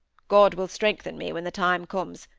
god will strengthen me when the time comes,